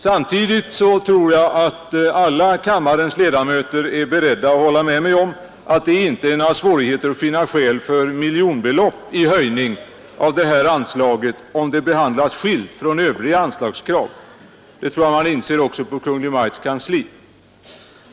Samtidigt tror jag att alla riksdagens ledamöter är beredda att hålla med mig om att det inte är svårt finna skäl för miljonbelopp i höjning av detta anslag, om det behandlas skilt från övriga anslagskrav. Det tror jag man inser också på Kungl. Maj:ts kansli.